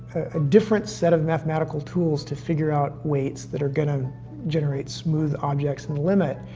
a different set of mathematical tools to figure out weights that are gonna generate smooth objects in the limit,